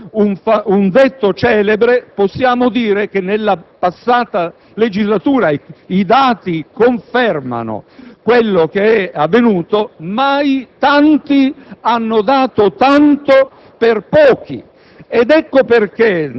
Parafrasando un detto celebre, possiamo dire che, nella passata legislatura (i dati confermano quello che è avvenuto), mai tanti hanno dato tanto per pochi.